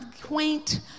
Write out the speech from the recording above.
quaint